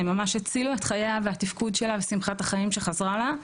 הם ממש הצילו את חייה והתפקוד שלה ושמחת החיים שחזרה לה.